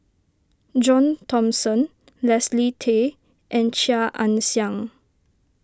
John Thomson Leslie Tay and Chia Ann Siang